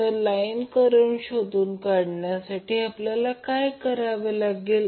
तर line current शोधून काढण्यासाठी आपल्याला काय करावे लागेल